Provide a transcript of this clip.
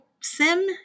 Sim